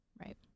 Right